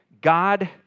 God